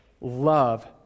love